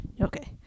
Okay